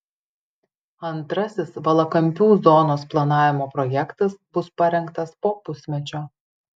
antrasis valakampių zonos planavimo projektas bus parengtas po pusmečio